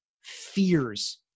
fears